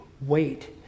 Wait